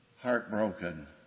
Heartbroken